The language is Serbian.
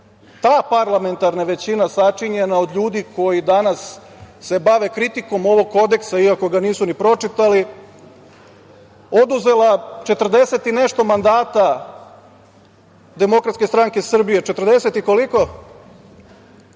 ta parlamentarna većina sačinjena od ljudi koji se danas bave kritikom ovog kodeksa, iako ga nisu ni pročitali, oduzela 40 i nešto mandata Demokratske stranke Srbije i